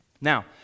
Now